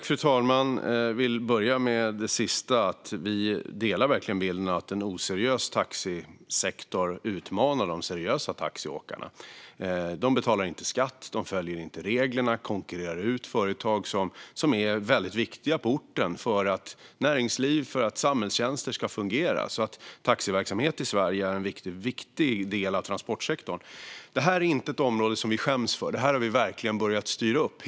Fru talman! Jag vill börja med det sista. Vi delar verkligen bilden att en oseriös taxisektor utmanar de seriösa taxiåkarna. De betalar inte skatt och följer inte reglerna, och de konkurrerar ut företag som är väldigt viktiga på orten för att näringsliv och samhällstjänster ska fungera. Taxiverksamhet är i Sverige en viktig del av transportsektorn. Detta är inte ett område som vi skäms för. Det här har vi verkligen börjat styra upp.